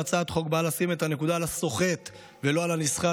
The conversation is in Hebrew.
הצעת החוק באה לשים את הנקודה על הסוחט ולא על הנסחט,